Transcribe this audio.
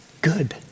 good